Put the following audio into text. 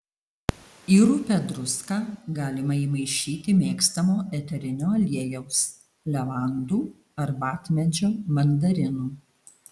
į rupią druską galima įmaišyti mėgstamo eterinio aliejaus levandų arbatmedžio mandarinų